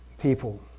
people